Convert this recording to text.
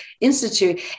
Institute